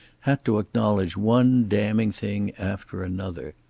had to acknowledge one damning thing after another.